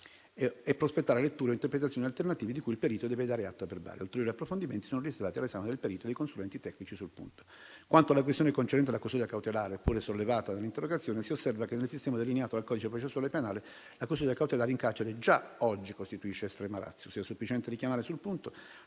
e prospettare letture o interpretazioni alternative di cui il perito deve dare atto a verbale. Ulteriori approfondimenti sono registrati all'esame del perito e dei consulenti tecnici sul punto. Quanto alla questione concernente la custodia cautelare, pure sollevata dall'interrogazione, si osserva che, nel sistema delineato dal codice processuale penale, la custodia cautelare in carcere già oggi costituisce *extrema* *ratio*. È sufficiente richiamare sul punto